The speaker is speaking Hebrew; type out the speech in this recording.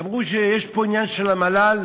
אמרו שיש פה עניין של המל"ל,